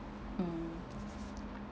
mm